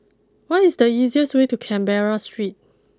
what is the easiest way to Canberra Street